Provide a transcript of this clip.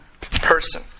person